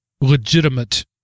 legitimate